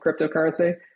cryptocurrency